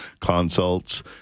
consults